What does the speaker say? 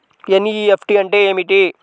NEFT అంటే ఏమిటి?